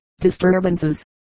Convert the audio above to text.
disturbances